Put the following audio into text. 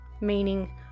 meaning